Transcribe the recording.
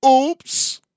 Oops